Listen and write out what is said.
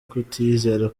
kutiyizera